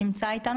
שנמצא אתנו